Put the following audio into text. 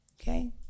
Okay